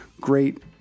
great